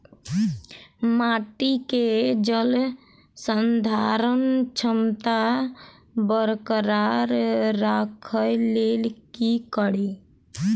माटि केँ जलसंधारण क्षमता बरकरार राखै लेल की कड़ी?